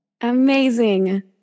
Amazing